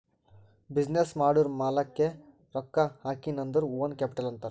business ಮಾಡೂರ್ ಮಾಲಾಕ್ಕೆ ರೊಕ್ಕಾ ಹಾಕಿನ್ ಅಂದುರ್ ಓನ್ ಕ್ಯಾಪಿಟಲ್ ಅಂತಾರ್